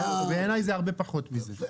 בעיני זה הרבה פחות מזה.